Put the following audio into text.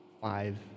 five